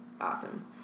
awesome